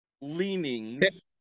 leanings